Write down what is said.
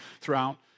throughout